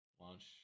launch